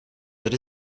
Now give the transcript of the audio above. that